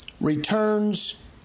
returns